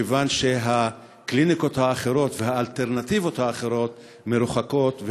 מכיוון שהקליניקות האחרות והאלטרנטיבות האחרות מרוחקות,